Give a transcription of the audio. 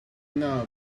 now